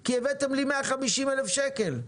כי הבאתם לי 150,000 שקל.